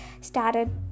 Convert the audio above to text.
started